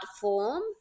form